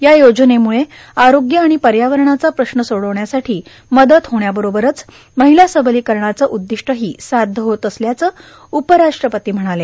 या योजनेमुळे आरोग्य आणि पर्यावरणाचा प्रश्न सोडवण्यासाठी मदत होण्याबरोबरच महिला सबलीकरणाचं उद्दिष्टही साध्य होत असल्याचं उपराष्ट्रपती म्हणाले